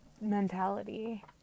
mentality